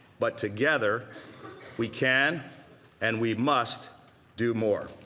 but together we can and we must do more.